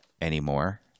anymore